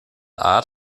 art